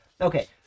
Okay